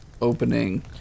Opening